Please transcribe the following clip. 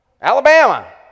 Alabama